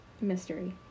Mystery